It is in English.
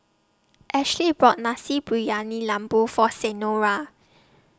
Ashley bought Nasi Briyani Lembu For Senora